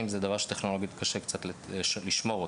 זה דבר שטכנולוגית קצת קשה לשמור אותו.